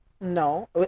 No